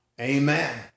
amen